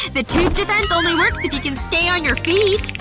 the tube defense only works if you can stay on your feet!